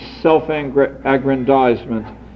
self-aggrandizement